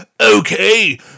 okay